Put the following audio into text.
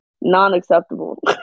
non-acceptable